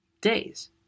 days